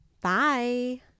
bye